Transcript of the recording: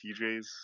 TJs